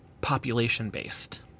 population-based